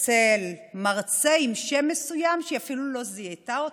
אצל מרצה עם שם מסוים, שהיא אפילו לא זיהתה אותו.